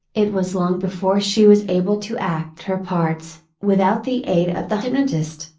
it was long before she was able to act her parts, without the aid of the hypnotist,